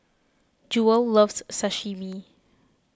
Jewell loves Sashimi